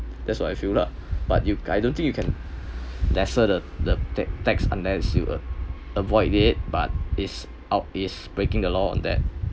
that's what I feel lah but you I don't think you can lesser the the ta~ tax unless you avoid it but is out is breaking the law on that